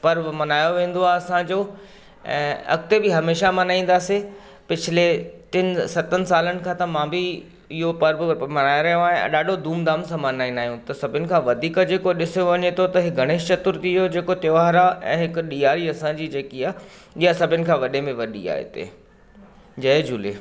पर्व मल्हायो वेंदो आहे असांजो ऐं अॻिते बि हमेशह मल्हाईंदासीं पिछले टिन सतनि सालनि खां त मां बि इहो पर्व मल्हाइ रहियो आहियां ऐं ॾाढो धूम धाम सां मल्हाईंदा आहियूं त सभिनि खां वधीक जेको ॾिसो वञे थो त हीअ गणेश चतुर्थी जो जेको त्योहारु आहे ऐं हिकु ॾीआरी असांजी जेकी आहे इहा सभिनि खां वॾे में वॾी आहे हिते जय झूले